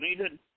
needed